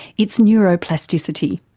its neuroplasticity,